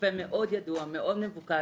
רופא מאוד ידוע, מאוד מבוקש,